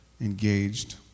engaged